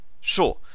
sure